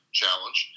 challenge